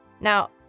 Now